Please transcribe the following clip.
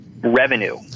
revenue